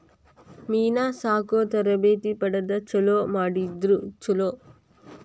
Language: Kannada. ಮೇನಾ ಸಾಕು ತರಬೇತಿ ಪಡದ ಚಲುವ ಮಾಡಿದ್ರ ಚುಲೊ